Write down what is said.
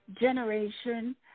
generation